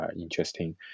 interesting